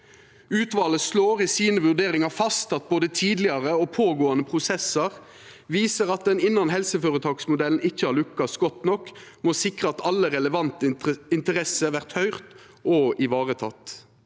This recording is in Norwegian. Utvalet slår i sine vurderingar fast at både tidlegare og pågåande prosessar viser at ein innan helseføretaksmodellen ikkje har lukkast godt nok med å sikra at alle relevante interessentar vert høyrde og varetekne.